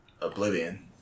Oblivion